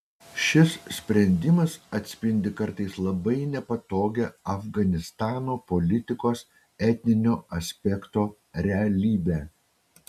šis sprendimas atspindi kartais labai nepatogią afganistano politikos etninio aspekto realybę